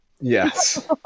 Yes